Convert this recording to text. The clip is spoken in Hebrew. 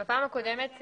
בפעם הקודמת,